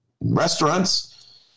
restaurants